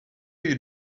you